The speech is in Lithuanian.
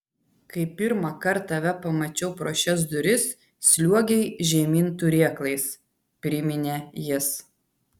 kai pirmąkart tave pamačiau pro šias duris sliuogei žemyn turėklais priminė jis